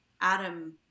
Adam